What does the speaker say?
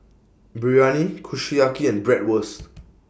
Biryani Kushiyaki and Bratwurst